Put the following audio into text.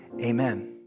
amen